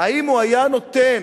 האם הוא היה נותן